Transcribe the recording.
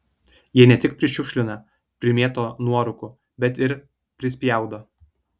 jie ne tik prišiukšlina primėto nuorūkų bet ir prispjaudo